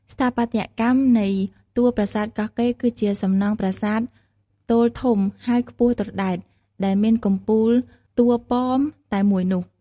ស្ថាបត្យកម្មនៃតួរប្រាសាទកោះកេរ្ដិ៍ គឺជាសំណង់ប្រាសាទទោលធំ ហើយខ្ពស់ត្រដែត ដែលមានកំពូលតួប៉មតែមួយនោះ។